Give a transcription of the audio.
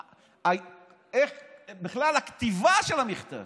גם בכלל הכתיבה של המכתב.